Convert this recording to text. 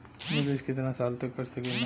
निवेश कितना साल तक कर सकीला?